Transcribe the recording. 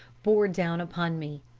bore down upon me.